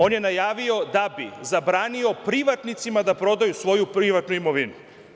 On je najavio da bi zabranio privatnicima da prodaju svoju privatnu imovinu.